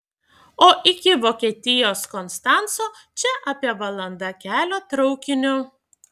o iki vokietijos konstanco čia apie valanda kelio traukiniu